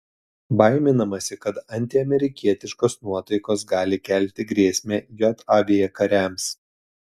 baiminamasi kad antiamerikietiškos nuotaikos gali kelti grėsmę jav kariams